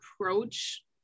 approach